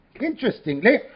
interestingly